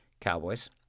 Cowboys